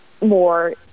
more